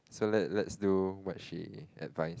so let let's do what she advice